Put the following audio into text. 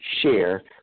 share